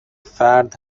فرد